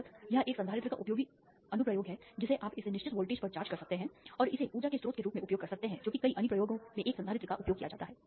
बेशक यह एक संधारित्र का उपयोगी अनुप्रयोग है जिसे आप इसे निश्चित वोल्टेज पर चार्ज कर सकते हैं और इसे ऊर्जा के स्रोत के रूप में उपयोग कर सकते हैं जो कि कई अनुप्रयोगों में एक संधारित्र का उपयोग किया जाता है